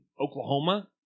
Oklahoma